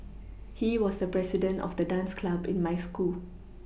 he was the president of the dance club in my school